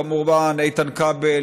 כמובן איתן כבל,